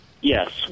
Yes